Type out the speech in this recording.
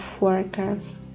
workers